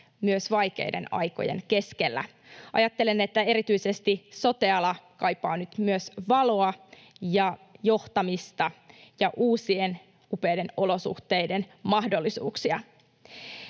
myös vaikeiden aikojen keskellä. Ajattelen, että erityisesti sote-ala kaipaa nyt myös valoa ja johtamista ja uusien, upeiden olosuhteiden mahdollisuuksia.